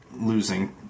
losing